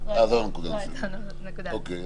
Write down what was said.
זאת הנקודה, אוקיי.